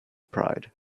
pride